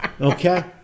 Okay